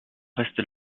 reste